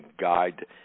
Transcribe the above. guide